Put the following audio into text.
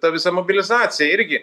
ta visa mobilizacija irgi